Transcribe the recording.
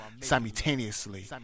simultaneously